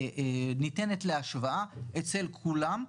ניתנת להשוואה אצל כולם.